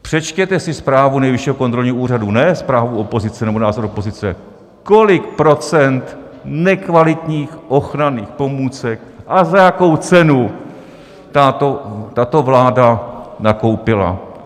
Přečtěte si zprávu Nejvyššího kontrolního úřadu, ne zprávu opozice nebo názor opozice, kolik procent nekvalitních ochranných pomůcek a za jakou cenu tato vláda nakoupila.